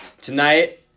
tonight